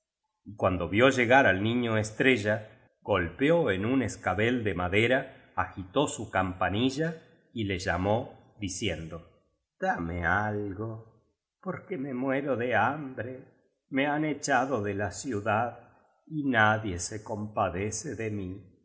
cuando vio llegar al niño estrella gol peó en un escabel de madera agitó su campanilla y le llamó diciendo dame algo porque me muero de hambre me han echa do de la